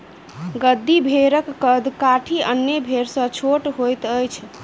गद्दी भेड़क कद काठी अन्य भेड़ सॅ छोट होइत अछि